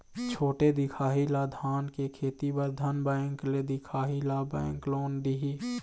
छोटे दिखाही ला धान के खेती बर धन बैंक ले दिखाही ला बैंक लोन दिही?